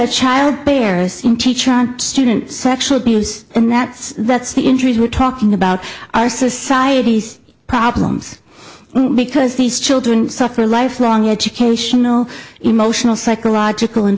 a child bear teacher student sexual abuse and that that's the injuries we're talking about our society's problems because these children suffer lifelong educational emotional psychological